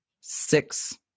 six